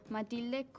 Matilde